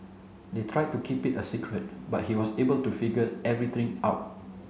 they tried to keep it a secret but he was able to figure everything out